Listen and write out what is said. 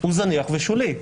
הוא זניח ושולי.